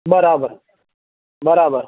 બરાબર બરાબર